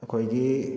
ꯑꯩꯈꯣꯏꯒꯤ